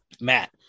Matt